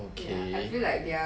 okay